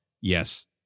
yes